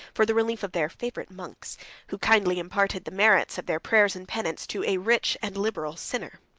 for the relief of their favorite monks who kindly imparted the merits of their prayers and penance to a rich and liberal sinner.